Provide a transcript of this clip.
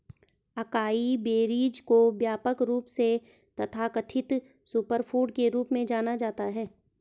acai berries को व्यापक रूप से तथाकथित सुपरफूड के रूप में जाना जाता है